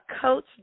Coach